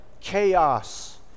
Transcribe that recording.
Chaos